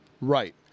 right